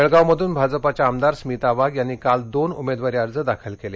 जळगावमध्न भाजपाच्या आमदार स्मिता वाघ यांनी काल दोन उमेदवारी अर्ज दाखल केले